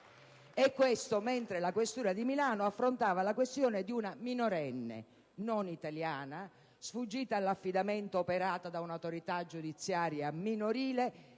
avveniva mentre la questura di Milano affrontava la questione di una minorenne non italiana, sfuggita all'affidamento operato da un'autorità giudiziaria minorile,